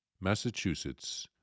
Massachusetts